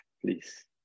please